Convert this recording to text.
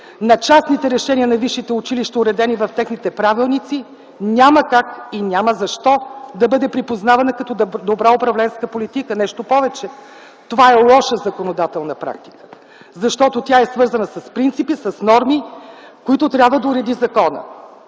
на частните решения на висшите училища, уредени в техните правилници, няма как и няма защо да бъде припознавана като добра управленска политика. Нещо повече, това е лоша законодателна практика, защото тя е свързана с принципи, с норми, които трябва да уреди законът.